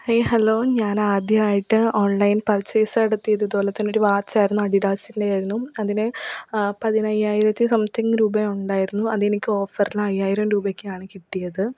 hi hello ഞാനാദ്യായിട്ട് online purchase നടത്തിയതിതുപോലെ തന്നൊരു വാച്ചായിരുന്നു അഡിഡാസിൻ്റെയായിരുന്നു അതിന് പതിനയ്യായിരത്തിന് സംതിങ്ങ് രൂപയൊണ്ടായിരുന്നു അതെനിക്ക് ഒഫറിന് അയ്യായിരം രൂപക്കാണ് കിട്ടിയത്